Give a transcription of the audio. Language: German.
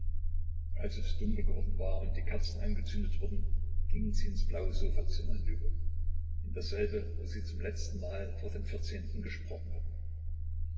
als es dunkel geworden war und die kerzen angezündet wurden gingen sie ins blaue sofazimmer hinüber in dasselbe wo sie zum letztenmal vor dem vierzehnten gesprochen hatten